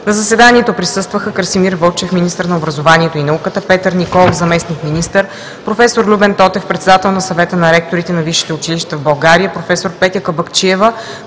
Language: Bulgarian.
На заседанието присъстваха: господин Красимир Вълчев – министър на образованието и науката, господин Петър Николов – заместник-министър, професор Любен Тотев – председател на Съвета на ректорите на висшите училища в България, професор Петя Кабакчиева